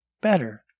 better